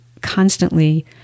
constantly